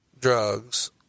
drugs